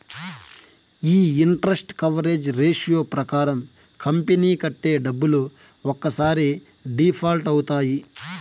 ఈ interest coverage ratio ప్రకారం company కట్టే డబ్బులు ఒక్కసారి డిఫాల్ట్ అవుతాయి